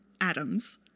atoms